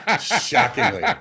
shockingly